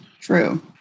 true